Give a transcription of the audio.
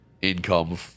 income